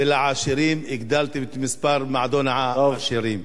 ולעשירים הגדלתם את המספר במועדון העשירים.